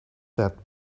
that